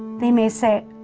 they may say,